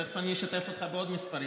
תכף אני אשתף אותך בעוד מספרים.